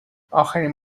آخرین